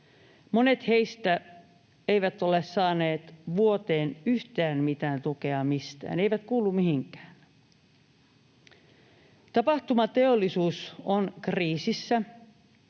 Monet heistä eivät ole saaneet vuoteen yhtään mitään tukea mistään, he eivät kuulu mihinkään. Tapahtumateollisuus on kriisissä